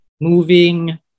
moving